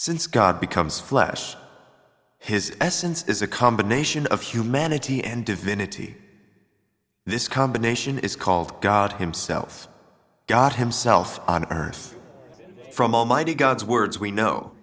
since god becomes flesh his essence is a combination of humanity and divinity this combination is called god himself god himself on earth from almighty god's words we know